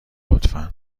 لطفا